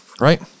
Right